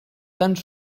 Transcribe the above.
tants